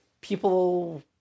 people